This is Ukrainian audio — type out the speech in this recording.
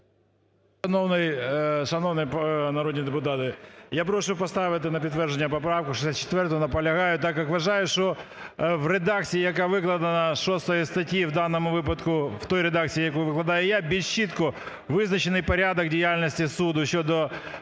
Шановні народні депутати! Я прошу поставити на підтвердження поправку 64-у. Наполягаю, так як вважаю, що в редакції, яка викладена, 6-ї статті в даному випадку в тій редакції, якою вона є, більш чітко визначений порядок діяльності суду щодо